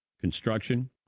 Construction